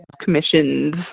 commissions